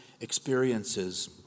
experiences